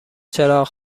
چراغ